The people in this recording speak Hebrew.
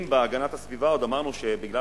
אם בהגנת הסביבה עוד אמרנו שבגלל